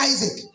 Isaac